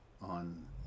on